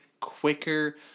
quicker